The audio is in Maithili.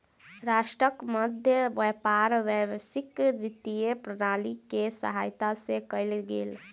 राष्ट्रक मध्य व्यापार वैश्विक वित्तीय प्रणाली के सहायता से कयल गेल